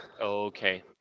Okay